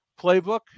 playbook